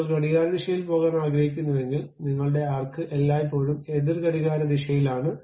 നിങ്ങൾ ഘടികാരദിശയിൽ പോകാൻ ആഗ്രഹിക്കുന്നുവെങ്കിൽ നിങ്ങളുടെ ആർക്ക് എല്ലായ്പ്പോഴും എതിർ ഘടികാരദിശയിലാണ്